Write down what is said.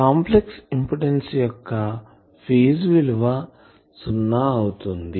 complex impedance యొక్క phase విలువ సున్నా అవుతుంది